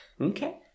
Okay